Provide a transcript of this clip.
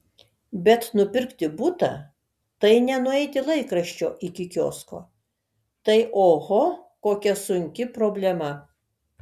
bet nupirkti butą tai ne nueiti laikraščio iki kiosko tai oho kokia sunki problema